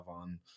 on